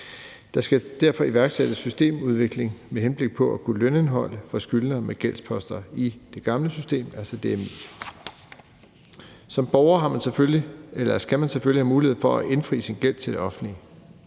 Der skal derfor iværksættes systemudvikling med henblik på at kunne lønindeholde hos skyldnere med gældsposter i det gamle system, altså i DMI. Som borger skal man selvfølgelig have mulighed for at indfri sin gæld til det offentlige.